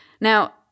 now